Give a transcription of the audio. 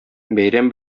бәйрәм